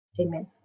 Amen